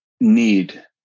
need